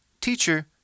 teacher